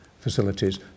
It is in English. facilities